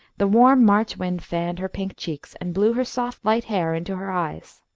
the warm march wind fanned her pink cheeks, and blew her soft light hair into her eyes.